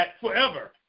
forever